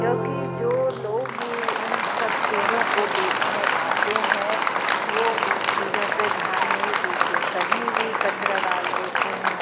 क्योंकि जो लोग भी उन सब चीज़ों को देखने आते हैं वह उन चीज़ों पर ध्यान नहीं देते कहीं भी कचरा डाल देते हैं